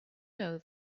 know